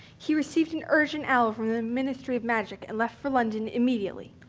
he received an urgent owl from the ministry of magic and left for london immediately.